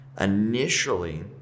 Initially